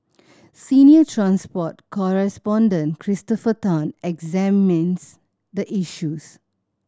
senior transport correspondent Christopher Tan examines the issues